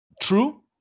true